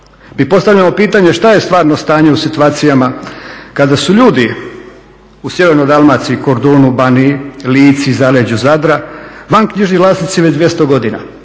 Mi postavljamo pitanje što je stvarno stanje u situacijama kada su ljudi u sjevernoj Dalmaciji, …, Lici, zaleđu Zadra vanknjižni vlasnici već 200 godina